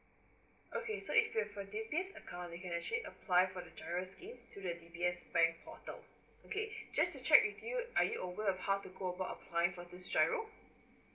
okay so if you are account you can actually apply for the giro scheme through the D_B_S bank portal okay just to check with you the are you over a half to go about applying for this giro